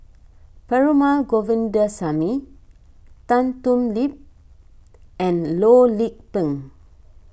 Perumal Govindaswamy Tan Thoon Lip and Loh Lik Peng